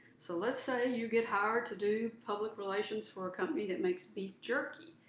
so let's say you get hired to do public relations for a company that makes beef jerky.